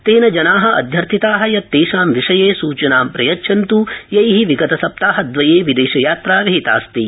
तेन जना अध्यार्थिता यत् तेषां विषये सूचनां प्रयच्छन्त् यै विगत सप्ताहदवये विदेशयात्रा विहितास्ति